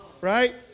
right